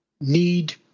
need